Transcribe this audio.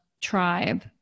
tribe